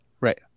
Right